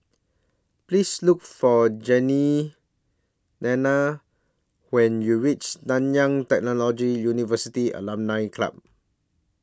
Please Look For Jeannine when YOU REACH Nanyang Technological University Alumni Club